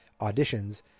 auditions